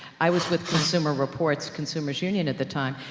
i was with consumer reports, consumers' union at the time,